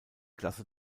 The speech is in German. klasse